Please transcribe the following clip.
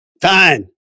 Fine